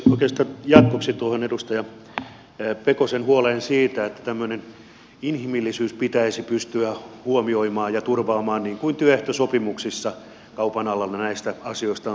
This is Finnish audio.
oikeastaan jatkoksi tuohon edustaja pekosen huoleen siitä että tämmöinen inhimillisyys pitäisi pystyä huomioimaan ja turvaamaan niin kuin työehtosopimuksissa kaupan alalla näistä asioista on sovittu